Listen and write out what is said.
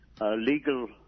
legal